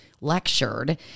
lectured